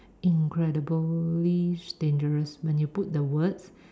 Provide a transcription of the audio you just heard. incredibly dangerous when you put the words